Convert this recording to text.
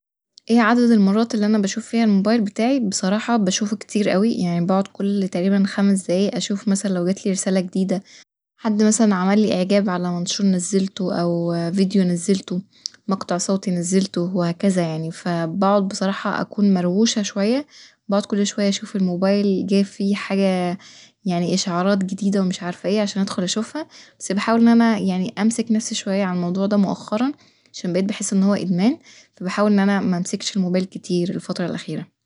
اي عدد المرات اللي أنا بشوف فيها الموبايل بتاعي بصراحة بشوفه كتير اوي يعني بقعد كل تقريبا خمس دقايق اشوف مثلا لو جاتلي رسالة جديدة حد مثلا عملي اعجاب على منشور نزلته أو فيديو نزلته مقطع صوتي نزلته وهكذا يعني ، ف بقعد بصراحة أكون مرووشة شوية بقعد كل شوية أشوف الموبايل جه في حاجة يعني اشعارات جديدة او مش عارفه ايه علشان ادخل اشوفها بس بحاول ان انا يعني أمسك نفسي شوية عن الموضوع ده مؤخرا عشان بقيت بحس إن هو ادمان فبحاول إن أنا ممسكش الموبايل كتير الفترة الأخيرة